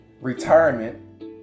retirement